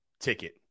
ticket